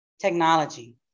technology